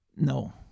No